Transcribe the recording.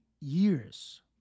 years